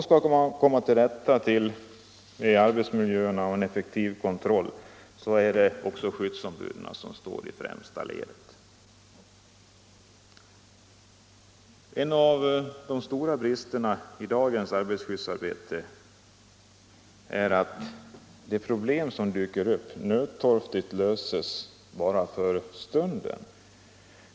Skall man komma till rätta med arbetsmiljöerna måste en effektiv kontroll genomföras, och även där måste skyddsombuden stå i främsta ledet. En av de stora bristerna i dagens arbetarskyddsarbete är att de problem som dyker upp nödtorftigt löses för stunden.